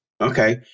Okay